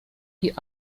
die